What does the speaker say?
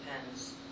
depends